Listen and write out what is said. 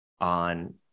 on